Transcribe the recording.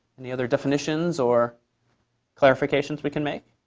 any other definitions or clarifications we can make?